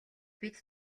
бид